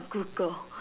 Google